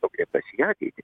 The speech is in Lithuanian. nukreiptas į ateitį